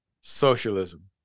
socialism